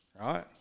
right